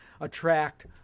attract